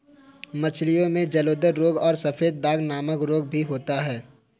मछलियों में जलोदर रोग तथा सफेद दाग नामक रोग भी होता है